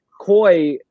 Koi